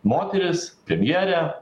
moteris premjerė